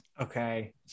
Okay